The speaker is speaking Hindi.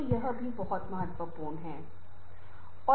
तो यह भी बहुत महत्वपूर्ण है